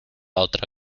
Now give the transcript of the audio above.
otra